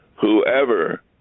whoever